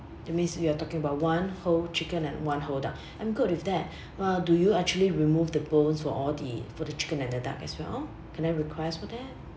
that means you are talking about one whole chicken and one whole duck I'm good with that uh do you actually remove the bones for all the for the chicken and the duck as well can I request for that